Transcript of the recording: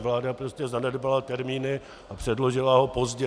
Vláda prostě zanedbala termíny a předložila ho pozdě.